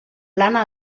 plana